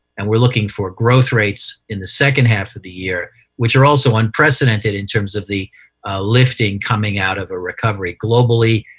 and we're looking for growth rates in the second half of the year, which are also unprecedented in terms of the lifting coming out of a recovery. globally,